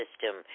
system